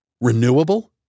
Renewable